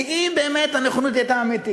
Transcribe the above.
כי אם הנכונות של הממשלה הייתה אמיתית,